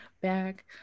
back